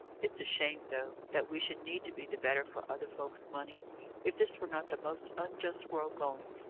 it's a shame, though, that we should need to be the better for other folk's money if this were not the most unjust world going,